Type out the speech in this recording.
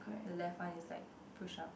the left one is like pushed up